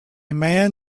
man